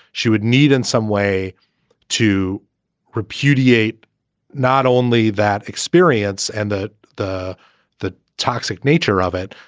she would need in some way to repudiate not only that experience and that the the toxic nature of it,